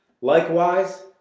Likewise